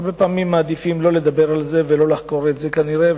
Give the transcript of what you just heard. הרבה פעמים מעדיפים לא לדבר על זה ולא לחקור את זה כנראה,